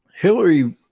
Hillary